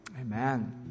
Amen